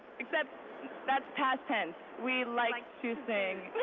except that's past tense we liked to sing.